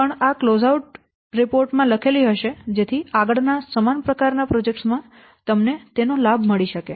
આ ભલામણો પણ આ ક્લોઝઆઉટ રિપોર્ટ માં લખેલી હશે જેથી આગળના સમાન પ્રકાર ના પ્રોજેક્ટ્સ માં તમને તેનો લાભ મળી શકે